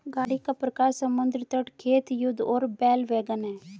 गाड़ी का प्रकार समुद्र तट, खेत, युद्ध और बैल वैगन है